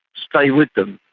stay with them.